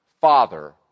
Father